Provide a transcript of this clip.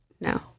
No